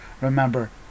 remember